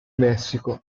messico